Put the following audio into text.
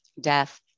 death